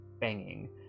banging